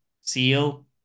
seal